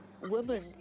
Women